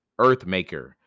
Earthmaker